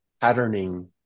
patterning